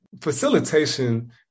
facilitation